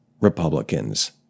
Republicans